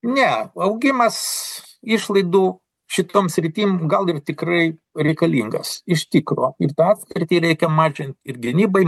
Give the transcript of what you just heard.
ne augimas išlaidų šitom sritim gal ir tikrai reikalingas iš tikro ir tą atskirtį reikia mažint ir gynybai